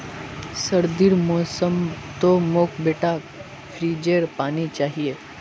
सर्दीर मौसम तो मोर बेटाक फ्रिजेर पानी चाहिए